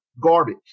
garbage